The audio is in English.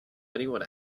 anyone